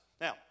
now